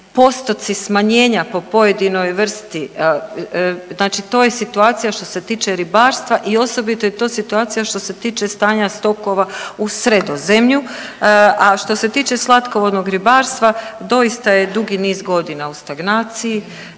postoci smanjenja po pojedinoj vrsti. Znači to je situacija što se tiče ribarstva i osobito je to situacija što se tiče stanja stokova u Sredozemlju. A što se tiče slatkovodnog ribarstva doista je dugi niz godina u stagnaciji.